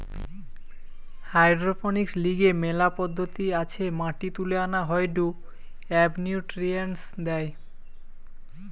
hydroponics লিগে মেলা পদ্ধতি আছে মাটি তুলে আনা হয়ঢু এবনিউট্রিয়েন্টস দেয়